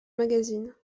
magazines